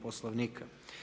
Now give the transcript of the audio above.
Poslovnika.